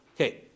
Okay